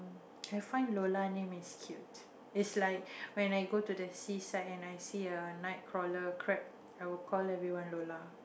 I find Lola name is cute is like when I go to the seaside and I see a nightcrawler crab I will call everyone Lola